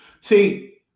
See